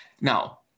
Now